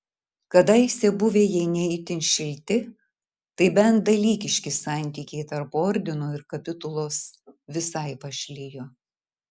kadaise buvę jei ne itin šilti tai bent dalykiški santykiai tarp ordino ir kapitulos visai pašlijo